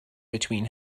between